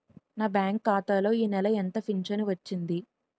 నా బ్యాంక్ ఖాతా లో ఈ నెల ఎంత ఫించను వచ్చింది?